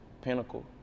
Pinnacle